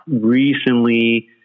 recently